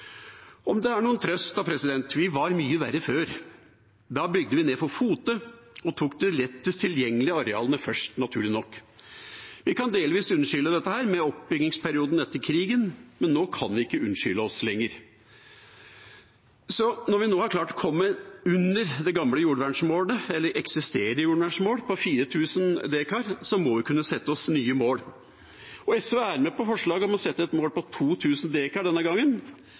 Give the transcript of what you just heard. Om det er noen trøst: Vi var mye verre før. Da bygde vi ned for fote og tok de lettest tilgjengelige arealene først – naturlig nok. Vi kan delvis unnskylde dette med oppbyggingsperioden etter krigen, men nå kan vi ikke unnskylde oss lenger. Når vi nå har klart å komme under det gamle jordvernmålet, eller eksisterende jordvernmål, på 4 000 dekar, må vi kunne sette oss nye mål. SV er med på forslaget om å sette et mål på 2 000 dekar denne gangen